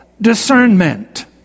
discernment